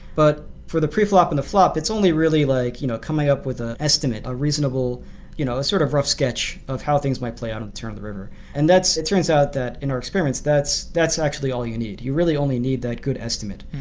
but for the pre-flop and the flop, it's only really like you know coming up with an estimate, a reasonable you know a sort of rough sketch of how things might play out on the turn of the river. and it turns out that in our experiments that's that's actually all you need. you really only need that good estimate.